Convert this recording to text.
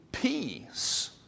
Peace